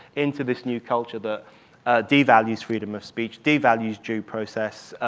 into this new culture that devalues freedom of speech, devalues due process,